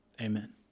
amen